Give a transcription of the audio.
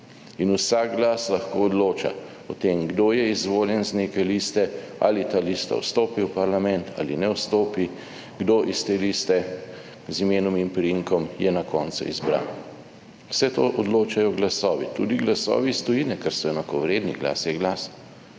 in vsak glas lahko odloča o tem kdo je izvoljen z neke liste, ali ta lista vstopi v parlament ali ne vstopi, kdo iz te liste z imenom in priimkom je na koncu izbran. Vse to odločajo glasovi tudi glasovi iz tujine, ker so enakovredni, glas je glas.